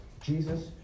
Jesus